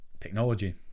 technology